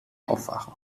aufwachen